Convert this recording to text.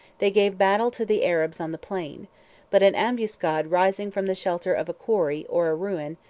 they gave battle to the arabs on the plain but an ambuscade rising from the shelter of a quarry, or a ruin,